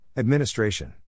Administration